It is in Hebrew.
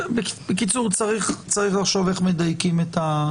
בקיצור צריך לחשוב איך מדייקים את הנוסח.